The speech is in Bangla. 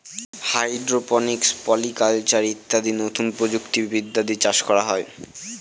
হাইড্রোপনিক্স, পলি কালচার ইত্যাদি নতুন প্রযুক্তি বিদ্যা দিয়ে চাষ করা হয়